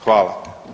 Hvala.